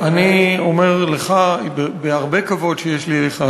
אני אומר לך בהרבה כבוד שיש לי אליך,